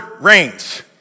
reigns